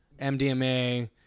MDMA